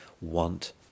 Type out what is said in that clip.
want